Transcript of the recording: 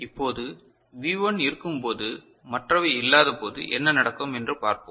இப்போது வி 1 இருக்கும்போது மற்றவை இல்லாதபோது என்ன நடக்கும் என்று பார்ப்போம்